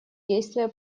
действия